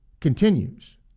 continues